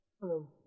Hello